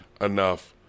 enough